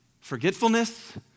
forgetfulness